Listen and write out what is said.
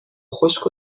خشک